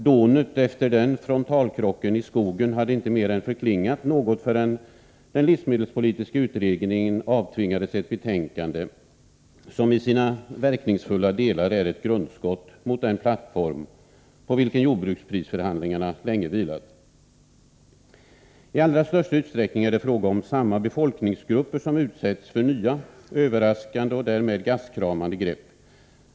Dånet efter frontalkrocken med landets skogsägare hade inte mer än förklingat något förrän den livsmedelspolitiska utredningen avtvingades ett betänkande, som i sina verkningsfulla delar var ett grundskott mot den plattform på vilken jordbruksprisförhandlingarna länge vilat. I allra största utsträckning är det fråga om samma befolkningsgrupper som utsätts för nya, överraskande och därmed gastkramande grepp.